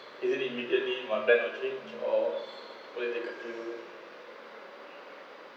easily immediately on plan achieved or would that take a few